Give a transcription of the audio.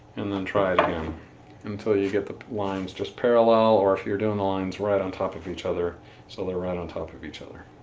and then try um until you get the lines just parallel or if you're doing the lines right on top of each other so they're right on top of each other.